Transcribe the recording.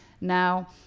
Now